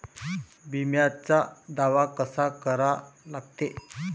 बिम्याचा दावा कसा करा लागते?